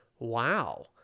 Wow